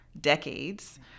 decades